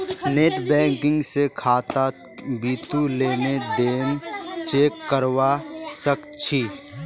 net banking स खातात बितु लेन देन चेक करवा सख छि